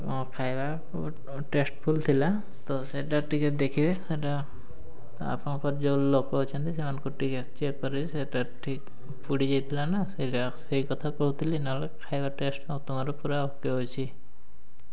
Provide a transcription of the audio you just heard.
ଖାଇବା ଟେଷ୍ଟ୍ଫୁଲ୍ ଥିଲା ତ ସେଇଟା ଟିକେ ଦେଖିବେ ସେଟା ଆପଣଙ୍କର ଯେଉଁ ଲୋକ ଅଛନ୍ତି ସେମାନଙ୍କୁ ଟିକେ ଚେକ୍ କରିବେ ସେଇଟା ଠିକ୍ ପୋଡ଼ି ଯାଇଥିଲା ନା ସେଇଟା ସେଇ କଥା କହୁଥିଲି ନହେଲେ ଖାଇବା ଟେଷ୍ଟ୍ ମ ତମର ପୁରା ଓକେ ଅଛି